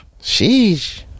Sheesh